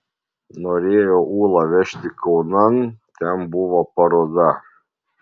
norėjo ūlą vežti kaunan ten buvo paroda